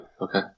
Okay